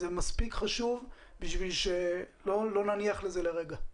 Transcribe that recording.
זה מספיק חשוב כדי שלא נניח לזה לרגע.